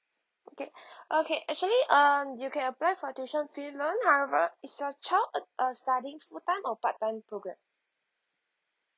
okay okay actually um you can apply for tuition fee loan however is your child uh uh studying full time or part time programme